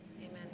Amen